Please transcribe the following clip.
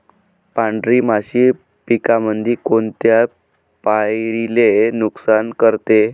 पांढरी माशी पिकामंदी कोनत्या पायरीले नुकसान करते?